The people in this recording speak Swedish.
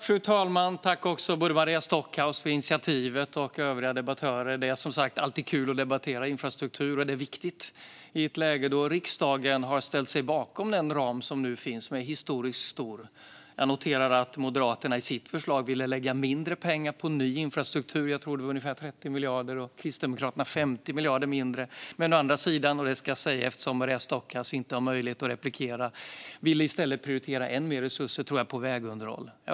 Fru talman! Jag tackar Maria Stockhaus för initiativet till denna interpellation, och jag tackar övriga debattörer. Det är, som sagt, alltid kul att debattera infrastruktur. Och det är viktigt i ett läge då riksdagen har ställt sig bakom den ram som nu finns och som är historiskt stor. Jag noterar att Moderaterna i sitt förslag ville lägga mindre pengar på ny infrastruktur. Jag tror att det var ungefär 30 miljarder mindre. Och Kristdemokraterna vill lägga 50 miljarder mindre. Men å andra sidan - det ska jag säga eftersom Maria Stockhaus inte har möjlighet till ytterligare inlägg - ville de i stället prioritera ännu mer resurser till vägunderhåll, tror jag.